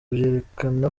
byerekana